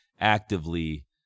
actively